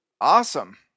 Awesome